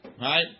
right